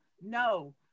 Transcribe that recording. No